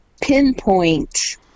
pinpoint